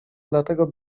dlatego